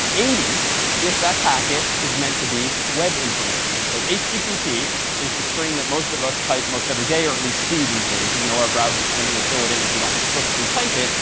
eighty if that packet is meant to be web information. so http is the string that most of us type most every day or at least see these days, even though our browsers generally fill it in if we don't explicitly type it.